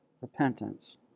repentance